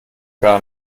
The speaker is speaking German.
gar